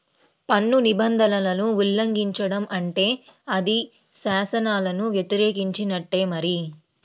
పన్ను నిబంధనలను ఉల్లంఘించడం అంటే అది శాసనాలను వ్యతిరేకించినట్టే మరి